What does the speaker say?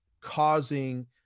causing